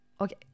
Okay